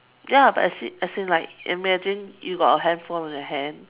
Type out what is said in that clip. ya but as in as in like imagine you got a handphone on your hand